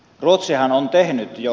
ruotsihan on tehnyt jo